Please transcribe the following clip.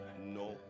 No